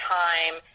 time